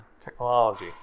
Technology